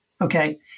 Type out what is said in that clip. okay